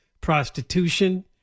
prostitution